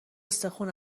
استخون